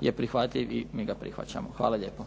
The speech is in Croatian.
je prihvatljiv i mi ga prihvaćamo. Hvala lijepo.